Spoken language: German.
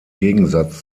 gegensatz